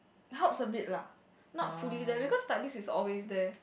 it helps a bit lah not fully there because this is always there